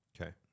Okay